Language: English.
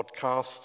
podcasts